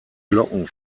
glocken